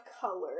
color